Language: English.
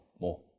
more